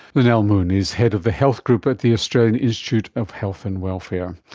lynelle moon is head of the health group at the australian institute of health and welfare.